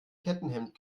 kettenhemd